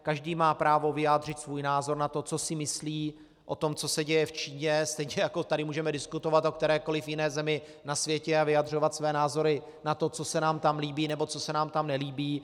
Každý má právo vyjádřit svůj názor na to, co si myslí o tom, co se děje v Číně, stejně jako tady můžeme diskutovat o kterékoliv jiné zemi na světě a vyjadřovat své názory na to, co se nám tam líbí nebo co se nám tam nelíbí.